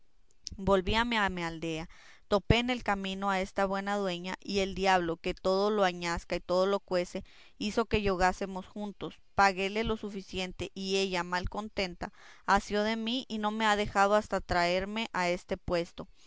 a mi aldea topé en el camino a esta buena dueña y el diablo que todo lo añasca y todo lo cuece hizo que yogásemos juntos paguéle lo soficiente y ella mal contenta asió de mí y no me ha dejado hasta traerme a este puesto